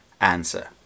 answer